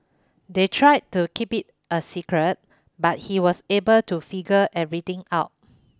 they tried to keep it a secret but he was able to figure everything out